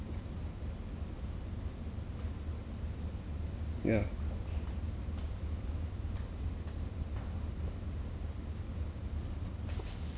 yeah